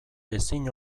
ezin